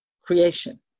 creation